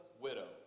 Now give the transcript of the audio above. widow